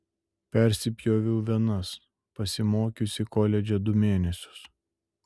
persipjoviau venas pasimokiusi koledže du mėnesius